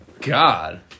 God